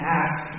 ask